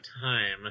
time